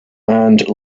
and